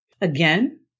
Again